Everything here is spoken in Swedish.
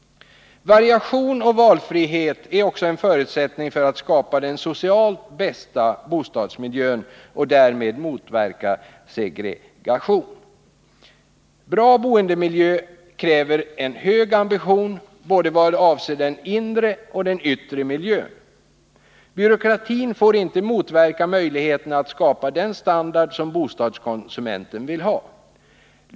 Variation och valfrihet är också en förutsättning för att skapa den socialt bästa bostadsmiljön och därmed motverka segregation. Bra boendemiljö kräver en hög ambition både vad avser den inre och den yttre miljön. Byråkratin får inte motverka möjligheterna att skapa den standard som bostadskonsumenten vill ha.